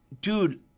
dude